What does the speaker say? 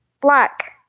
Black